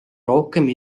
rohkem